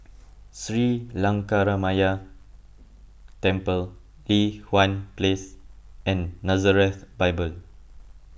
Sri Lankaramaya Temple Li Hwan Place and Nazareth Bible